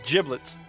Giblets